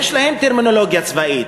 יש להם טרמינולוגיה צבאית.